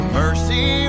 mercy